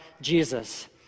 jesus